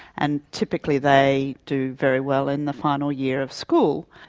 and typically they do very well in the final year of school.